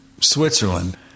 Switzerland